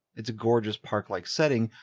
it's a gorgeous park-like setting,